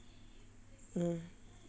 ஏன்:yaen